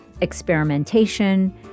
experimentation